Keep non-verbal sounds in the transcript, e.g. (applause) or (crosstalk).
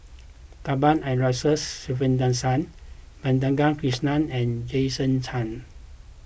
(noise) Cuthbert Aloysius Shepherdson Madhavi Krishnan and Jason Chan